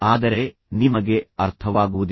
ಆದರೆ ನಿಮಗೆ ಅರ್ಥವಾಗುವುದಿಲ್ಲ